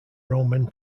roman